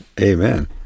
Amen